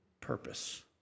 purpose